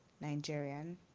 Nigerian